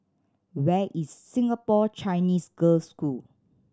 where is Singapore Chinese Girls' School